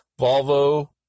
Volvo